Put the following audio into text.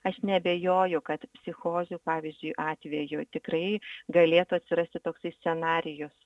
aš neabejoju kad psichozių pavyzdžiui atvejų tikrai galėtų atsirasti toksai scenarijus